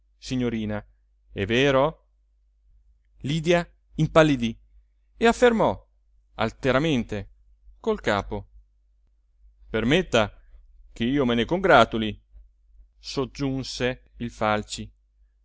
signorina è vero lydia impallidì e affermò alteramente col capo permetta ch'io me ne congratuli soggiunse il falci